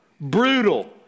brutal